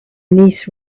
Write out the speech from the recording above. niece